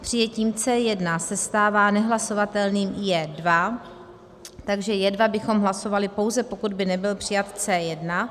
Přijetím C1 se stává nehlasovatelným J2, takže J2 bychom hlasovali, pouze pokud by nebyl přijat C1.